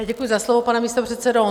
Děkuji za slovo, pane místopředsedo.